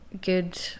good